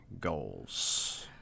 goals